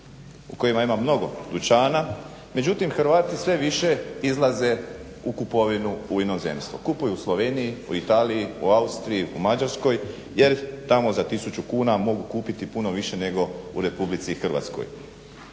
u kojima ima mnogo dućana, međutim Hrvati sve više izlaze u kupovinu u inozemstvo. Kupuju u Sloveniji, u Italiji, u Austriji, u Mađarskoj, jer tamo za tisuću kuna mogu kupiti puno više nego u Republici Hrvatskoj.